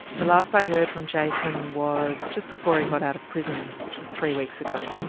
the last i heard from jason was just before he got out of prison which was three weeks ago.